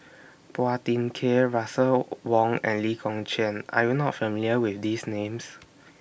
Phua Thin Kiay Russel Wong and Lee Kong Chian Are YOU not familiar with These Names